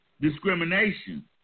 discrimination